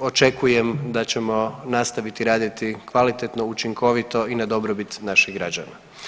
očekujem da ćemo nastaviti raditi kvalitetno, učinkovito i na dobrobit naših građana.